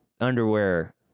underwear